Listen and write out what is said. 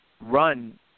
run